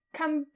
come